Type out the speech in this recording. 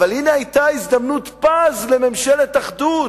אבל הנה היתה הזדמנות פז לממשלת אחדות,